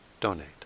donate